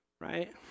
right